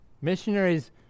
Missionaries